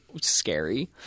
scary